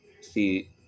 See